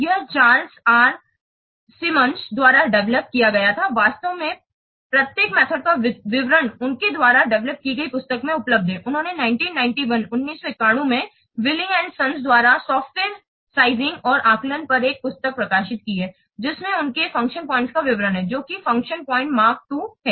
यह Charles R Symons द्वारा develop किया गया था वास्तव में प्रत्येक मेथड का विवरण उनके द्वारा डेवेलोप की गई पुस्तक में उपलब्ध है उन्होंने 1991 में विले एंड संस द्वारा सॉफ्टवेयर साइजिंग और आकलन पर एक पुस्तक प्रकाशित की है जिसमें उनके फ़ंक्शन पॉइंट का विवरण है जो की फंक्शन पॉइंट्स मार्क II है